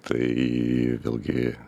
tai vėlgi